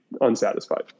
unsatisfied